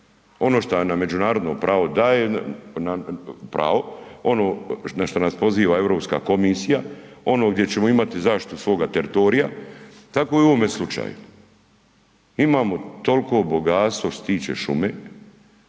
ono što nam međunarodno pravo daje, pravo, ono na šta nas poziva Europska komisija, ono gdje ćemo imati zaštitu svoga teritorija, tako i u ovome slučaju, imamo tolko bogatstvo što se tiče šume,